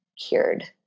cured